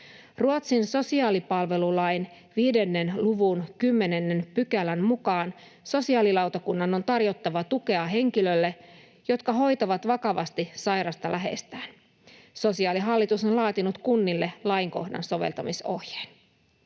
Ruotsin sosiaalipalvelulain 5 luvun 10 §:n mukaan sosiaalilautakunnan on tarjottava tukea henkilöille, jotka hoitavat vakavasti sairasta läheistään. Sosiaalihallitus on laatinut kunnille lainkohdan soveltamisohjeen.